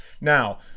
Now